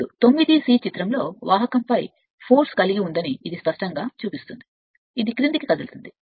ఇప్పుడు చిత్రంలోవాహకం దానిపై ఒక శక్తిని కలిగి ఉందని ఇది స్పష్టంగా చూపిస్తుంది ఇది క్రిందికి కదులుతుంది